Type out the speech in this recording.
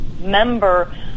member